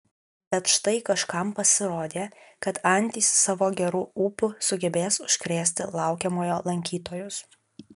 bet štai kažkam pasirodė kad antys savo geru ūpu sugebės užkrėsti laukiamojo lankytojus